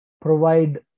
provide